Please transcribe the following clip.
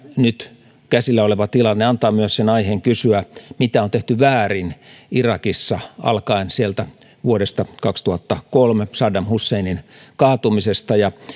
nyt käsillä oleva tilanne antaa myös aiheen kysyä mitä on tehty väärin irakissa alkaen sieltä vuodesta kaksituhattakolme saddam husseinin kaatumisesta